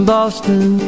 Boston